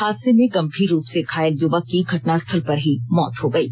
हादसे में गंभीर रूप से घायल युवक की घटनास्थल पर ही मौत हो गयी